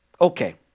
Okay